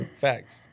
Facts